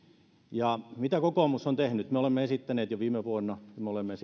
ja mitä kokoomus on tehnyt me olemme esittäneet jo viime vuonna ja me olemme